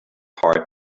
heart